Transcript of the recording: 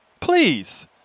Please